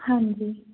ਹਾਂਜੀ